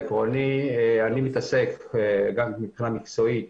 אני מתעסק גם מבחינה מקצועית